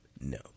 No